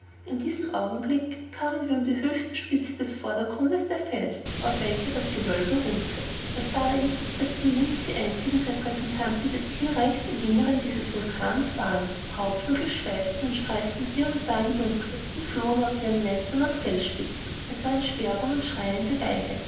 in diesem augenblick kamen wir um die höchste spitze des vordergrundes der felsen auf welcher das gewölbe ruhte da sah ich daß bienen nicht die einzigen repräsentanten des thierreichs im inneren dieses vulkans waren raubvögel schweiften und streiften hier und da im dunkel oder flohen aus ihren nestern auf felsenspitzen es waren sperber und schreiende weihe